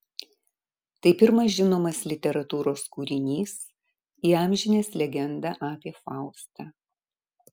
tai pirmas žinomas literatūros kūrinys įamžinęs legendą apie faustą